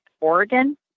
Oregon